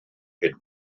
hyn